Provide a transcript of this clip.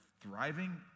thriving